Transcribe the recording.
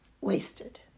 wasted